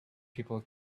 people